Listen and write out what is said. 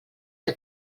que